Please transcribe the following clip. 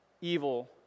evil